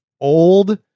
old